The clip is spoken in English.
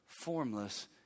formless